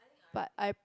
but I